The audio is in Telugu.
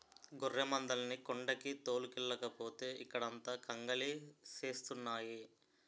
గొర్రెమందల్ని కొండకి తోలుకెల్లకపోతే ఇక్కడంత కంగాలి సేస్తున్నాయి